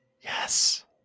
Yes